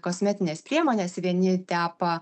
kosmetines priemones vieni tepa